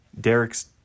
Derek's